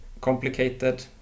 complicated